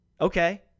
Okay